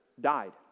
died